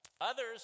Others